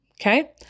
Okay